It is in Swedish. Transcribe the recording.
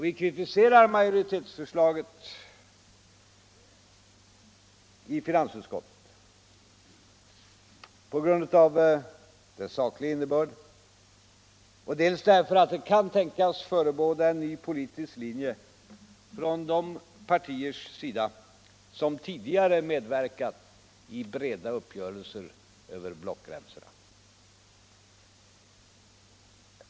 Vi kritiserar majoritetsförslaget i finansutskottet, dels på grund av dess sakliga innebörd, dels därför att det kan tänkas förebåda en ny politisk linje från de partiers sida som tidigare medverkat i breda uppgörelser över blockgränserna.